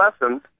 lessons